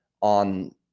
on